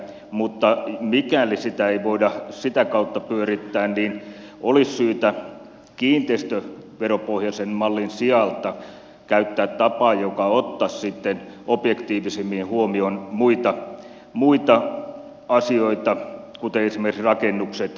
mutta mikäli sitä ei voida sitä kautta pyörittää olisi syytä kiinteistöveropohjaisen mallin sijalta käyttää tapaa joka ottaisi sitten objektiivisemmin huomioon muita asioita kuten esimerkiksi rakennukset laitteet generaattorit et cetera